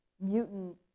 mutant